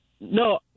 No